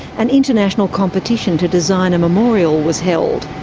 an international competition to design a memorial was held.